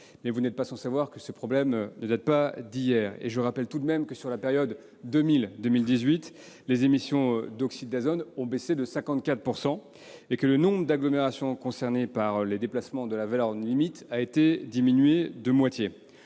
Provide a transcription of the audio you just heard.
Vous n'êtes pas sans savoir que ce problème ne date pas d'hier. Je rappelle par ailleurs que, sur la période 2000-2018, les émissions d'oxyde d'azote ont baissé de 54 % et que le nombre d'agglomérations concernées par les déplacements de la valeur limite a été diminué de moitié.